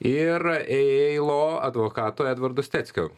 ir eilo advokato edvardu steckiu